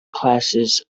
classes